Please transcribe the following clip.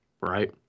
right